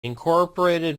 incorporated